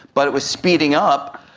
but it was speeding up,